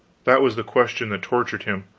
that was the question that tortured him,